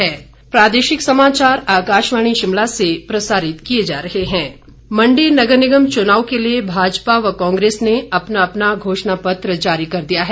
घोषणा पत्र मंडी नगर निगम चुनाव के लिए भाजपा व कांग्रेस ने अपना अपना घोषणा पत्र जारी कर दिया है